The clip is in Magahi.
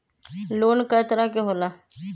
लोन कय तरह के होला?